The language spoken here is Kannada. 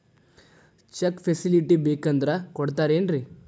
ಚೆಕ್ ಫೆಸಿಲಿಟಿ ಬೇಕಂದ್ರ ಕೊಡ್ತಾರೇನ್ರಿ?